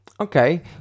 Okay